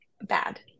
Bad